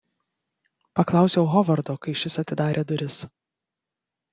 paklausiau hovardo kai šis atidarė duris